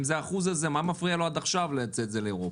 אם זה האחוז הזה מה מפריע לו עד עכשיו לייצא את זה לאירופה?